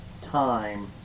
time